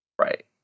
Right